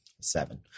Seven